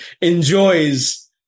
enjoys